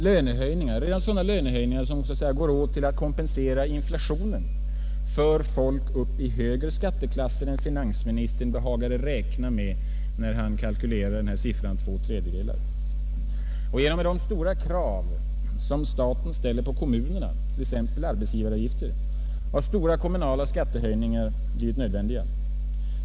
Lönehöjningarna, som till en del går åt till att kompensera inflationen, för folk upp i högre skatteklasser än finansministern behagat räkna med. Genom de stora krav staten har ställt på kommunerna, t.ex. genom arbetsgivaravgiften, har stora kommunala skattehöjningar blivit nödvändiga.